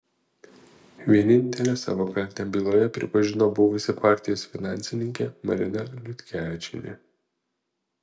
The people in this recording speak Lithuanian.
vienintelė savo kaltę byloje pripažino buvusi partijos finansininkė marina liutkevičienė